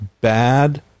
bad